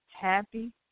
happy